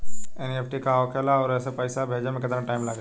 NEFT का होखे ला आउर एसे पैसा भेजे मे केतना टाइम लागेला?